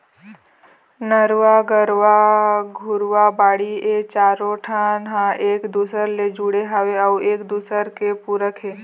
नरूवा, गरूवा, घुरूवा, बाड़ी ए चारों ठन ह एक दूसर ले जुड़े हवय अउ एक दूसरे के पूरक हे